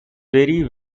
very